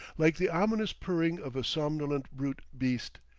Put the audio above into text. like the ominous purring of a somnolent brute beast,